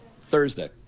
Thursday